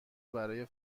برای